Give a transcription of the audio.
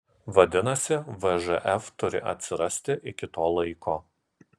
vadinasi vžf turi atsirasti iki to laiko